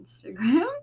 Instagram